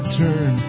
turn